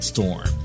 Storm